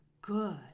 good